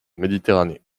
méditerranée